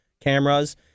cameras